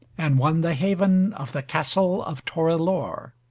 and won the haven of the castle of torelore.